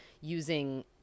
using